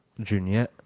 Junior